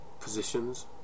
positions